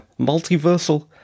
multiversal